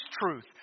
truth